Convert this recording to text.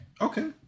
Okay